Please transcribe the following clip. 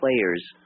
players